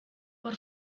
por